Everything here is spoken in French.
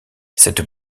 cette